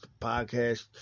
podcast